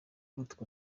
utwo